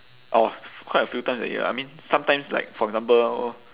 orh quite a few times already ah I mean sometimes like for example